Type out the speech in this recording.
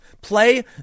play